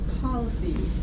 policy